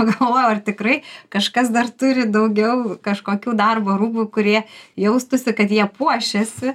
pagalvojau ar tikrai kažkas dar turi daugiau kažkokių darbo rūbų kurie jaustųsi kad jie puošiasi